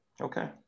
okay